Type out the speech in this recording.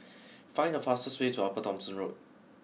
find the fastest way to Upper Thomson Road